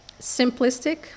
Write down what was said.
Simplistic